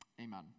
Amen